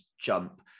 jump